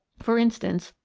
for instance,